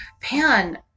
Pan